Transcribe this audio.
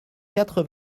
quatre